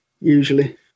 usually